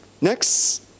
Next